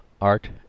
Art